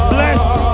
Blessed